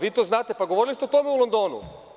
Vi to znate, govorili ste o tome u Londonu.